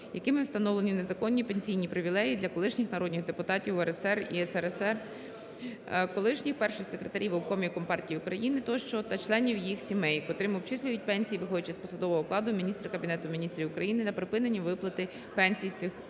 якими встановлені незаконні пенсійні привілеї для колишніх народних депутатів УРСР і СРСР, колишніх перших секретарів обкомів Компартії України тощо та членів їх сімей, котрим обчислюють пенсії, виходячи з посадового окладу Міністра Кабінету Міністрів України та припинення виплати пенсій цим особам.